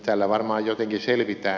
tällä varmaan jotenkin selvitään